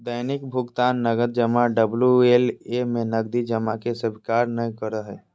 दैनिक भुकतान नकद जमा डबल्यू.एल.ए में नकदी जमा के स्वीकार नय करो हइ